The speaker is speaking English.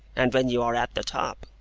and when you are at the top,